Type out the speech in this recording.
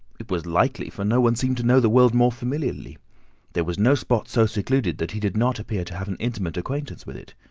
it was likely, for no one seemed to know the world more familiarly there was no spot so secluded that he did not appear to have an intimate acquaintance with it.